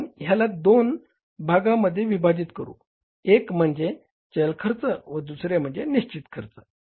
तर आपण ह्याला दोन भागामध्ये विभाजित करू एक म्हणजे चल खर्च व दुसरे म्हणजे निश्चित खर्च